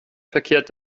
verkehrt